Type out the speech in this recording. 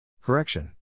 Correction